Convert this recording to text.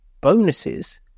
bonuses